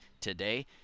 today